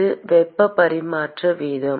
இது வெப்ப பரிமாற்ற வீதம்